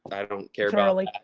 i don't care about like